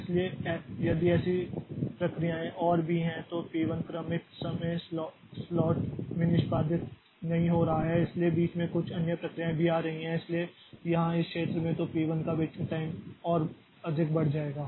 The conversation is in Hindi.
इसलिए यदि ऐसी प्रक्रियाएं और भी हैं तो यह P 1 क्रमिक समय स्लॉट में निष्पादित नहीं हो रहा है इसलिए बीच में कुछ अन्य प्रक्रियाएं भी आ रही हैं इसलिए यहां इस क्षेत्र में तो P 1 का वेटिंग टाइम और अधिक बढ़ जाएगा